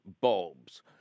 bulbs